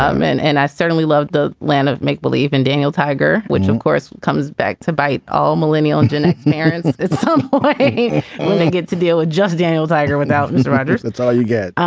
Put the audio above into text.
um and and i certainly loved the land of make believe in daniel tiger, which, of course, comes back to bite all millennial and dinnick marriage um when they get to deal with just daniel tiger without and the writers that's all you get.